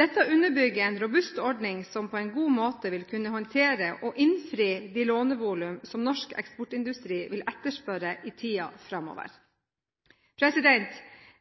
Dette underbygger en robust ordning, som på en god måte vil kunne håndtere og innfri de lånevolum som norsk eksportindustri vil etterspørre i tiden framover.